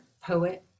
poet